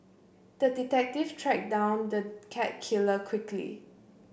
the detective tracked down the cat killer quickly